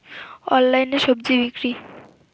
অনলাইনে স্বজি বিক্রি?